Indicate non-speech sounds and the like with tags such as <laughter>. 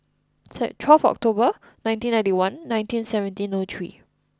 <hesitation> twelve October nineteen ninety one nineteen seventeen O three